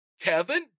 Kevin